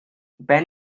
ben